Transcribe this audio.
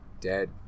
dead